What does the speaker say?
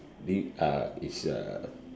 is uh